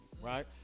Right